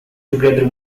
together